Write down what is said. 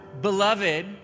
beloved